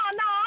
no